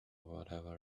whatever